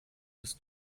bis